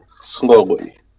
Slowly